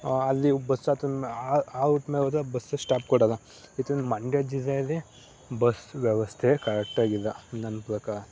ಅಲ್ಲಿ ಬಸ್ ಹತ್ರ ಆ ಆ ರೂಟ್ ಮೇಲೆ ಹೋದರೆ ಬಸ್ ಸ್ಟಾಪ್ ಕೊಡೋಲ್ಲ ಇತ್ತ ಮಂಡ್ಯ ಜಿಲ್ಲೆಯಲ್ಲಿ ಬಸ್ ವ್ಯವಸ್ಥೆ ಕರೆಕ್ಟಾಗಿಲ್ಲ ನನ್ನ ಪ್ರಕಾರ